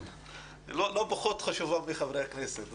פחות חשובה מחברי הכנסת.